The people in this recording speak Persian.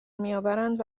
میآورند